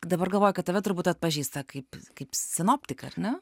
dabar galvoju kad tave turbūt atpažįsta kaip kaip sinoptiką ar ne